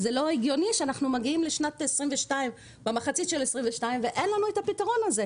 לא הגיוני שאנחנו מגיעים לאמצע שנת 2022 ואין לנו את הפתרון הזה.